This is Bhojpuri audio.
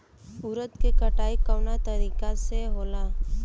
उरद के कटाई कवना तरीका से होला?